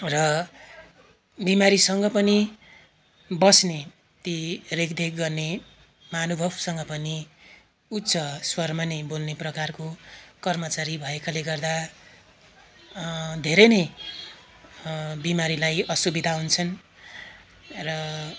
र बिमारीसँग पनि बस्ने ती रेखदेख गर्ने महानुभावसँग पनि उच्च स्वरमा नै बोल्ने प्रकारको कर्मचारी भएकाले गर्दा धेरै नै बिमारीलाई असुविधा हुन्छन् र